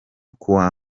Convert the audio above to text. kuwa